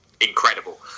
incredible